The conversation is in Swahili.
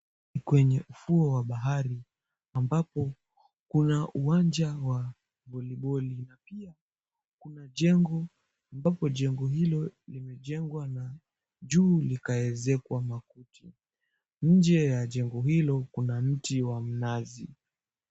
Kwenye ufuo wa bahari ambako kuna uwanja wa voliboli na pia kuna jengo ambapo jengo hilo limejengwa na juu likaezekwa makuti nje ya jengo hilo kuna mti wa mnazi.